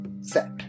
set